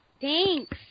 Thanks